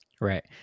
Right